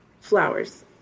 flowers